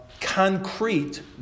concrete